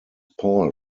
paul